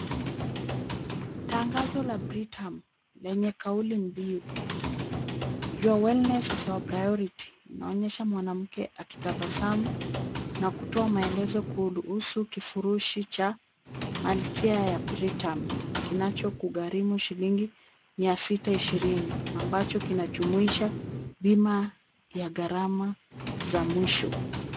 Tangazo la Britam lenye kauli mbiu Your wellness is our Priority Inaonyesha mwanamke akitabasamu na kutoa maelezo kuhusu kifurushi cha malkia ya Britam. Kinacho kugharimu shilingi 620 ambacho kinajumuisha bima ya gharama za mwisho.